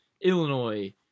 Illinois